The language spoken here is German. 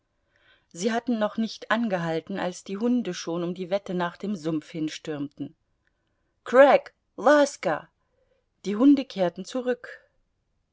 sie hatten noch nicht angehalten als die hunde schon um die wette nach dem sumpf hinstürmten crack laska die hunde kehrten zurück